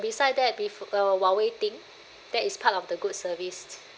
beside that bef~ uh while waiting that is part of the good service